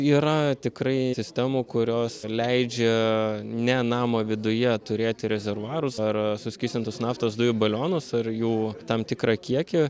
yra tikrai sistemų kurios leidžia ne namo viduje turėti rezervuarus ar suskystintos naftos dujų balionus ar jų tam tikrą kiekį